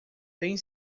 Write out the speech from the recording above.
tem